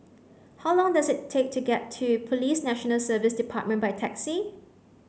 How long does it take to get to Police National Service Department by taxi